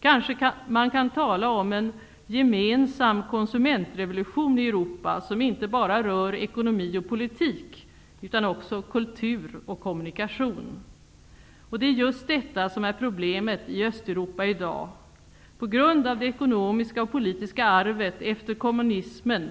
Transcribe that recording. Kanske man kan tala om en gemensam konsumentrevolution i Europa som inte bara rör ekonomi och politik utan också kultur och kommunikation. Det är just detta som är problemet i Östeuropa i dag. På grund av det ekonomiska och politiska arvet efter kommunismen